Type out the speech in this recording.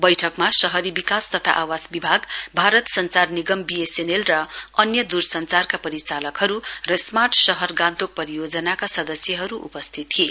बैठकमा शहरी विकास तथा आवास विभाग भारत सञ्चार निगम बीएसएनएल र अन्य द्रसंचारका परिचालकहरू र स्मार्ट शहर गान्तोक परियोजनाका सदस्यहरू उपस्थित थिए